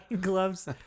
gloves